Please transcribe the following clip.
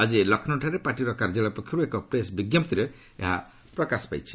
ଆଜି ଲକ୍ଷ୍ନୌଠାରେ ପାର୍ଟିର କାର୍ଯ୍ୟାଳୟ ପକ୍ଷରୁ ଏକ ପ୍ରେସ୍ ବିଜ୍ଞପ୍ତିରେ ଏହା ପ୍ରକାଶ କରିଛି